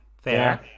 Fair